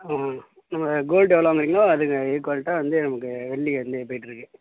ஆ ஆ கோல்டு எவ்வளோ வாங்கறீங்களோ அதுக்கு ஈக்குவல்ட்டாக வந்து நமக்கு வெள்ளி அதுலயே போயிட்டுருக்கு